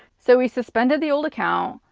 so, we suspended the old account,